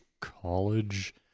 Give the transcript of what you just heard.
college